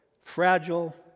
fragile